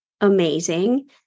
amazing